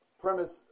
premise